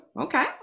Okay